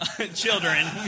children